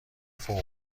فوق